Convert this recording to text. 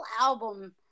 album